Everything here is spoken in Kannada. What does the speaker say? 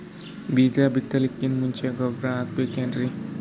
ಬೀಜ ಬಿತಲಾಕಿನ್ ಮುಂಚ ಗೊಬ್ಬರ ಹಾಕಬೇಕ್ ಏನ್ರೀ?